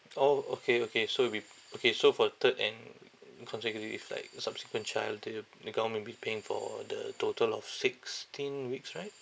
orh okay okay so will b~ okay so for the third and consecutive like subsequent child they will the government will be paying for the total of sixteen weeks right